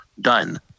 Done